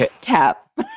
tap